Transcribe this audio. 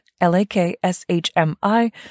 L-A-K-S-H-M-I